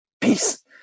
peace